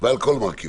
ועל כל מרכיביו,